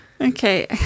Okay